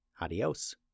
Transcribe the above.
Adios